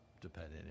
depending